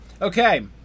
Okay